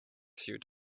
sewed